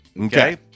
Okay